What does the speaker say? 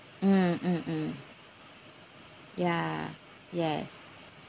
mm mm mm ya yes